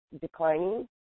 declining